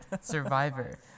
Survivor